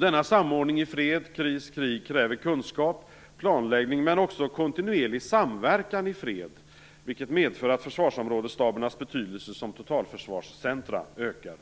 Denna samordning i fred krig kräver kunskap, planläggning och kontinuerlig samverkan i fred, vilket medför att försvarsområdesstabernas betydelse som totalförsvarscentrum ökar.